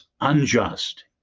unjust